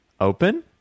Open